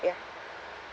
ya